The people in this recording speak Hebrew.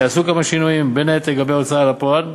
ייעשו כמה שינויים בין היתר לגבי ההוצאה לפועל.